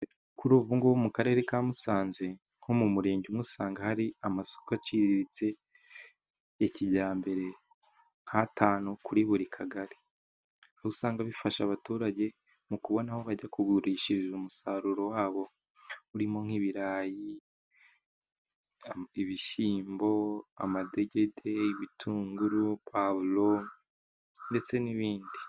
Kuri ubu ngubu mu Karere ka Musanze, nko mu murenge umwe usanga hari amasoko aciriritse ya kijyambere nk'atanu kuri buri kagari, aho usanga bifasha abaturage mu kubona aho bajya kugurishiriza umusaruro wabo, urimo:nk'ibirayi, ibishyimbo ,amadegede,,ibitunguru, pavuro ndetse n'ibindi.